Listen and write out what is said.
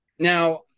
Now